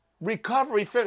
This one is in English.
Recovery